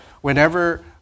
whenever